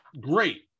great